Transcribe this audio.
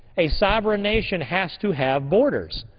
a sovereign nation has to have borders.